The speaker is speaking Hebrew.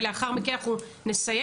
לאחר מכן אנחנו נסיים.